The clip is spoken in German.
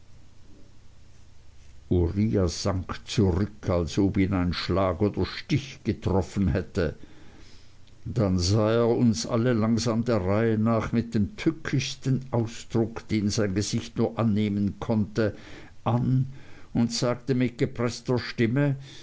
sank zurück als ob ihn ein schlag oder stich getroffen hätte dann sah er uns alle langsam der reihe nach mit dem tückischsten ausdruck den sein gesicht nur annehmen konnte an und sagte mit gepreßter stimme